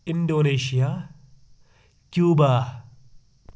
Indonesia Cuba